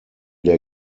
der